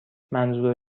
منظور